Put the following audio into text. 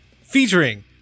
featuring